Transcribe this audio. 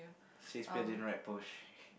Shakespeare didn't write poetry